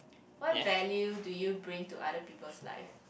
what value do you bring to other people's life